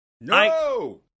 No